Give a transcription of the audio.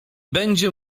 będzie